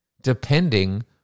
depending